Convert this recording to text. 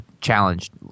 challenged